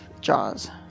Jaws